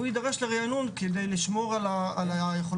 הוא יידרש לריענון כדי לשמור על היכולות